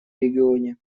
регионе